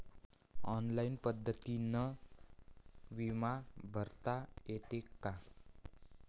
Online पद्धतीनं बी बिमा भरता येते का?